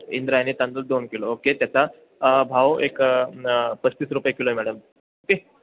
इंद्रायणी तांदूळ दोन kilo okay त्याचा भाव एक न पस्तीस रुपये किलो आहे मॅडम ओके